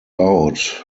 out